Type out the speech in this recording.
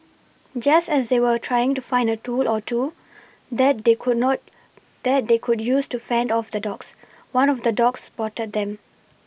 just as they were trying to find a tool or two that they could not that they could use to fend off the dogs one of the dogs spotted them